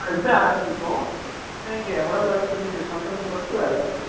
அதில் ஆரமிக்கும் நீங்கள் எவ்வளோ வேலைக்கு நீங்கள் சொல்றதை பொறுத்து வேலை வரும்